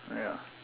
ya